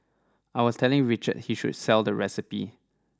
I was telling Richard he should sell the recipe